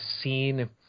seen